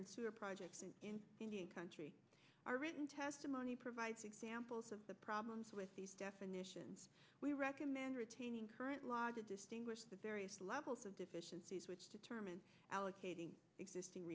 sewer projects in indian country are written testimony provides examples of the problems with these definitions we recommend retaining current law to distinguish the various levels of deficiencies which the term allocating existing